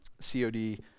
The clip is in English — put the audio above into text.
COD